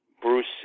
Bruce